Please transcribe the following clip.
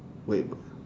wait